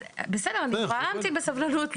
בסדר, אני יכולה להמתין בסבלנות לזמני,